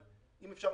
אבל אם אפשר,